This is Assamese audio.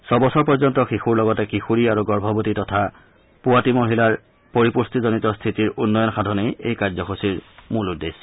ছবছৰপৰ্যন্ত শিশুৰ লগতে কিশোৰী আৰু গৰ্ভবতী তথা পোঁৱাতী মহিলাৰ পৰিপুষ্টিজনিত স্থিতিৰ উন্নয়ন সাধনেই এই কাৰ্যসূচীৰ মূল উদ্দেশ্য